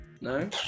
no